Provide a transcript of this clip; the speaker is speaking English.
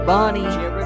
Bonnie